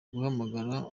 guhamagara